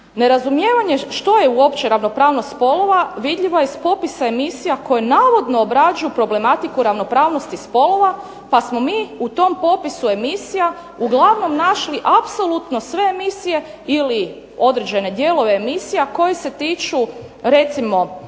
Nerazumijevanje što je uopće ravnopravnost spolova vidljivo je s popisa emisija koje navodno obrađuju problematiku ravnopravnosti spolova pa smo mi u tom popisu emisija našli apsolutno sve emisije ili određene dijelove emisija koje se tiču recimo